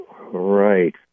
Right